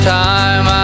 time